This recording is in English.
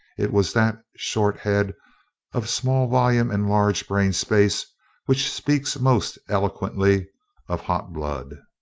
it was that short head of small volume and large brain space which speaks most eloquently of hot blood.